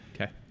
Okay